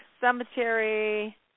cemetery